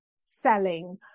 selling